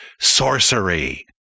sorcery